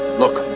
look.